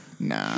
Nah